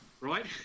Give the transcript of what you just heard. right